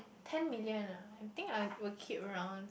ten million ah I think I will keep around